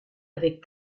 avec